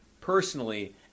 personally